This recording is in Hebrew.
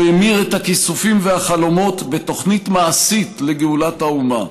הוא המיר את הכיסופים והחלומות בתוכנית מעשית לגאולת האומה.